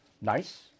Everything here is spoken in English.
nice